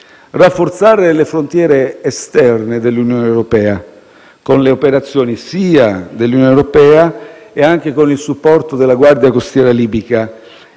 rafforzare le frontiere esterne dell'Unione europea, con operazioni della stessa Unione europea, ma anche con il supporto della Guardia costiera libica,